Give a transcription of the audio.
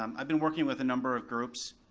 um i've been working with a number of groups,